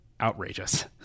outrageous